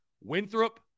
Winthrop